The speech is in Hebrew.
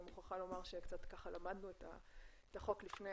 אני מוכרחה לומר שקצת למדנו את החוק לפני